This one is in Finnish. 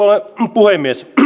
puhemies